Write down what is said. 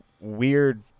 weird